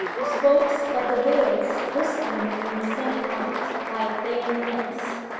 the spokes of the wheels bristling in the same light like bayonets.